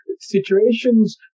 situations